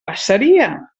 passaria